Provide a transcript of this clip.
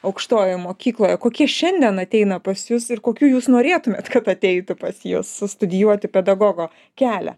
aukštojoje mokykloje kokie šiandien ateina pas jus ir kokių jūs norėtumėt kad ateitų pas jus studijuoti pedagogo kelią